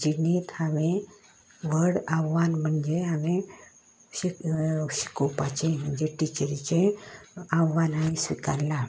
जिणेत हांवें व्हड आव्हान म्हणजें हांवें शि शिकोवपाचें म्हणजे टिचरीचें आव्हानांक स्विकारलां